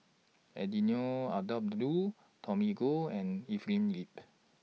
Eddino Abdul Tommy Koh and Evelyn Lip